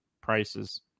prices